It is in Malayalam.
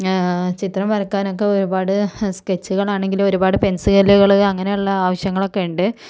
ചിത്രം വരക്കാനൊക്കെ ഒരുപാട് സ്കെച്ചുകളാണെങ്കിലും ഒരുപാട് പെൻസിലുകൾ അങ്ങനെയുള്ള ആവശ്യങ്ങളൊക്കെയുണ്ട്